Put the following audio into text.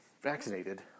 vaccinated